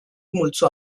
multzo